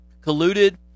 colluded